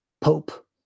pope